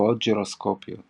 השפעות גירוסקופיות